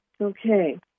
Okay